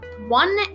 One